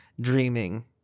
dreaming